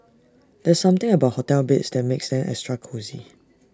there's something about hotel beds that makes them extra cosy